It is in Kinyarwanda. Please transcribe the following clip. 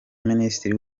minisitiri